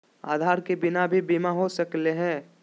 आधार के बिना भी बीमा हो सकले है?